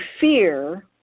fear